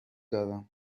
دارم